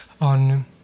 on